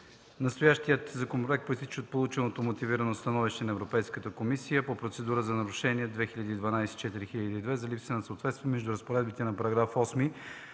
Настоящият законопроект произтича от полученото Мотивирано становище на Европейската комисия по процедура за нарушение № 2012/4002 за липса на съответствие между разпоредбите на § 8